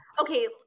Okay